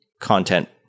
content